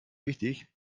wichtig